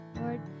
Lord